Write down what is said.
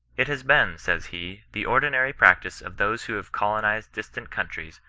it has been, says he, the ordinary practice of those who have colonized distant countries,